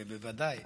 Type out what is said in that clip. ובוודאי